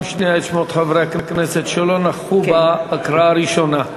הכנסת שלא נכחו בהקראה הראשונה.